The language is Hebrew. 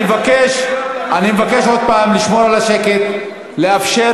אני מבקש עוד פעם לשמור על השקט ולאפשר